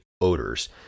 odors